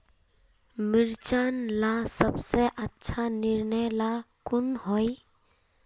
मिर्चन ला सबसे अच्छा निर्णय ला कुन होई?